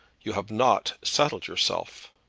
you have not settled yourself!